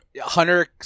Hunter